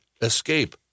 escape